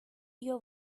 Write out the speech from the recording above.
your